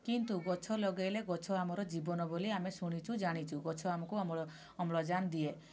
କିନ୍ତୁ ଗଛ ଲଗେଇଲେ ଗଛ ଆମର ଜୀବନ ବୋଲି ଆମେ ଶୁଣିଛୁ ଜାଣିଛୁ ଗଛ ଆମକୁ ଆମର ଅମ୍ଳଜାନ ଦିଏ